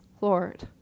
Lord